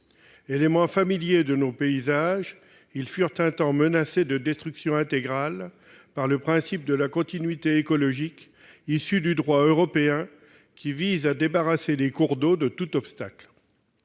Éléments familiers de nos paysages, ils furent un temps menacés d'une destruction intégrale par le principe de la continuité écologique, issu du droit européen, qui vise à débarrasser les cours d'eau de tout obstacle.